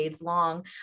long